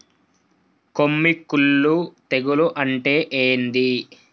కొమ్మి కుల్లు తెగులు అంటే ఏంది?